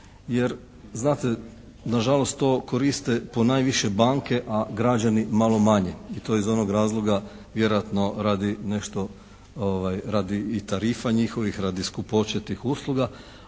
jer znate nažalost to koriste ponajviše banke a građani malo manje. I to iz onog razloga vjerojatno radi nešto, radi i tarifa njihovih, radi skupoće tih usluga